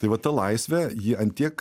tai vat ta laisvė ji ant tiek